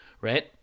right